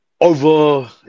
over